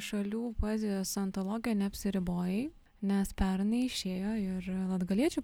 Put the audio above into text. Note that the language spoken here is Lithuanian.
šalių poezijos antologija neapsiribojai nes pernai išėjo ir latgaliečių